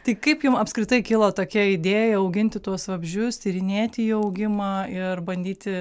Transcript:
tai kaip jum apskritai kilo tokia idėja auginti tuos vabzdžius tyrinėti jų augimą ir bandyti